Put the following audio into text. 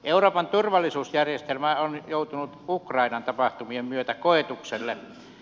euroopan turvallisuusjärjestelmä on joutunut ukrainan tapahtumien myötä koetukselle